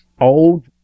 old